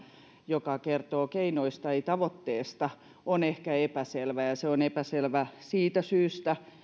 joka kertoo keinoista ei tavoitteesta on ehkä epäselvä ja ja se on epäselvä siitä syystä